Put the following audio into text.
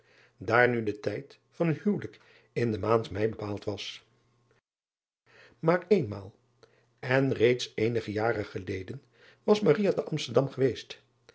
daar nu de tijd van hun uwelijk in de maand ei bepaald was aar eenmaal en reeds eenige jaren geleden was te msterdam geweest